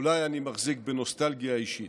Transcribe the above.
אולי אני מחזיק בנוסטלגיה אישית.